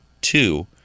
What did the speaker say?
Two